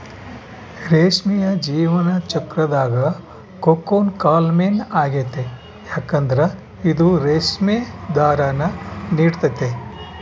ರೇಷ್ಮೆಯ ಜೀವನ ಚಕ್ರುದಾಗ ಕೋಕೂನ್ ಕಾಲ ಮೇನ್ ಆಗೆತೆ ಯದುಕಂದ್ರ ಇದು ರೇಷ್ಮೆ ದಾರಾನ ನೀಡ್ತತೆ